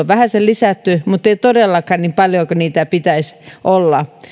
vähäsen lisätty mutta ei todellakaan niin paljoa kuin niitä pitäisi olla